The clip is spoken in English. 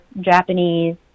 Japanese